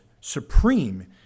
supreme